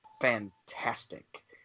fantastic